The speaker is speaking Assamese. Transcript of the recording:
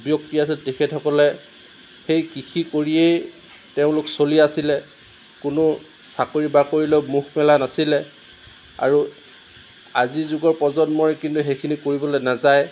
ব্যক্তি আছিল তেখেতসকলে সেই কৃষি কৰিয়েই তেওঁলোক চলি আছিলে কোনো চাকৰি বাকৰিলে মুখ মেলা নাছিলে আৰু আজিৰ যুগৰ প্ৰজন্মই কিন্তু সেইখিনি কৰিবলৈ নাযায়